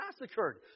massacred